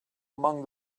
among